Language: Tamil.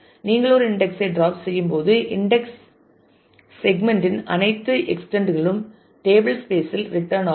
நீங்கள் ஒரு இன்டெக்ஸ் ஐ ட்ராப் செய்யும்போது இன்டெக்ஸ் செக்மெண்ட் இன் அனைத்து எக்ஸ்டெண்ட் களும் டேபிள்ஸ்பேஸ் இல் ரிட்டன் ஆகும்